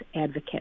advocate